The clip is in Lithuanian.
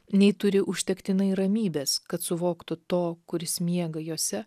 nei turi užtektinai ramybės kad suvoktų to kuris miega jose